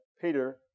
Peter